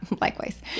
likewise